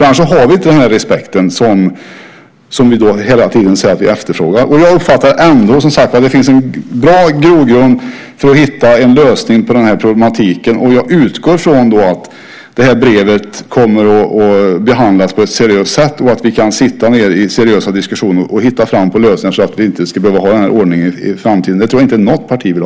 Annars har vi inte den respekt som vi hela tiden säger att vi eftersträvar. Jag uppfattar som sagt ändå att det finns en bra grund för att hitta en lösning på denna problematik. Jag utgår från att det här brevet kommer att behandlas på ett seriöst sätt, att vi kan sitta ned i seriösa diskussioner och hitta fram till lösningar så att vi inte ska behöva ha denna ordning i framtiden. Det tror jag inte att något parti vill.